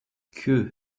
que